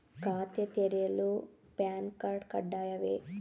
ಖಾತೆ ತೆರೆಯಲು PAN card ಕಡ್ಡಾಯವೇ?